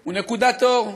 הוא נקודת אור.